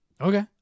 Okay